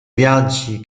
viaggi